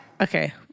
okay